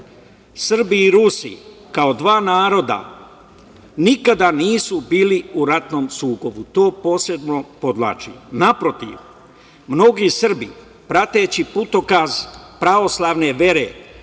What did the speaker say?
i Rusi, kao dva naroda, nikada nisu bili u ratnom sukobu. To posebno podvlačim. Naprotiv, mnogi Srbi, prateći putokaz pravoslavne vere,